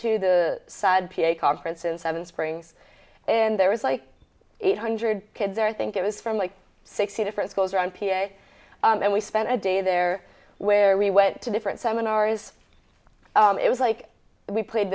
to the side p a conference in seven springs and there was like eight hundred kids i think it was from like sixty different schools around p a and we spent a day there where we went to different seminars it was like we played